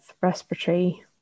respiratory